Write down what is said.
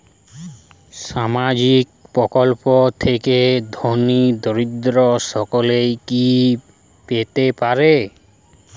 সামাজিক প্রকল্প থেকে ধনী দরিদ্র সকলে কি পেতে পারে?